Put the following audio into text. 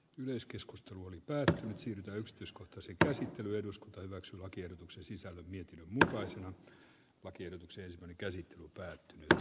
yleiskeskustelu oli päätä siitä yksityiskohtaiset pääsevät eduskunta hyväksyi lakiehdotuksen sosiaali ja mutkaisen lakiehdotuksen käsittely päättynyt a